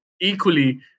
Equally